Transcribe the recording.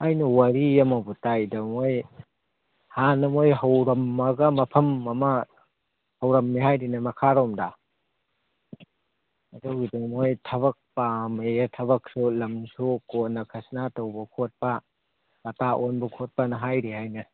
ꯑꯩꯅ ꯋꯥꯔꯤ ꯑꯃꯕꯨ ꯇꯥꯏꯗ ꯃꯣꯏ ꯍꯥꯟꯅ ꯃꯣꯏ ꯍꯧꯔꯝꯃꯒ ꯃꯐꯝ ꯑꯃ ꯍꯧꯔꯝꯃꯤ ꯍꯥꯏꯔꯤꯅꯦ ꯃꯈꯥꯔꯣꯝꯗ ꯑꯗꯨꯒꯤꯗꯨ ꯃꯣꯏ ꯊꯕꯛ ꯄꯥꯝꯃꯦꯌꯦ ꯊꯕꯛꯁꯨ ꯂꯝꯁꯨ ꯀꯣꯟꯅ ꯈꯖꯅꯥ ꯇꯧꯕ ꯈꯣꯠꯄ ꯄꯥꯇꯥ ꯑꯣꯟꯕ ꯈꯣꯠꯄꯅ ꯍꯥꯏꯔꯤ ꯍꯥꯏꯅꯦ